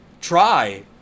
try